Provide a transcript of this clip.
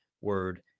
word